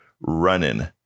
running